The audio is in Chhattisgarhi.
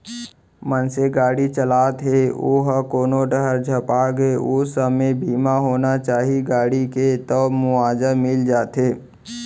मनसे गाड़ी चलात हे ओहा कोनो डाहर झपागे ओ समे बीमा होना चाही गाड़ी के तब मुवाजा मिल जाथे